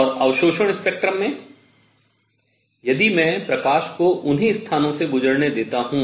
और अवशोषण स्पेक्ट्रम में यदि मैं प्रकाश को उन्हीं स्थानों से गुजरने देता हूँ